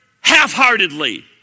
half-heartedly